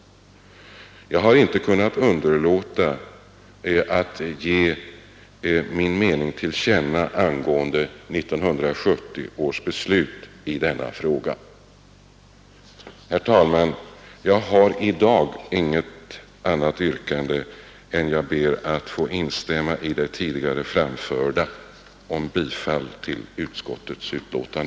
Jag har inte kunnat underlåta att ge min mening till känna angående 1970 års beslut i denna fråga. Herr talman! Jag har i dag inget annat yrkande än att jag ber att få instämma i det tidigare framförda om bifall till utskottets förslag.